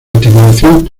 articulación